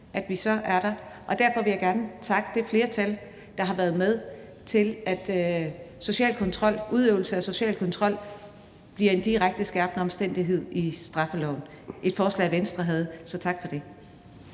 at vi så er der. Og derfor vil jeg gerne takke det flertal, der har været med til, at udøvelse af social kontrol bliver en direkte skærpende omstændighed i straffeloven, hvilket var et forslag, Venstre havde – så tak for det.